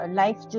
life